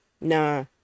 Nah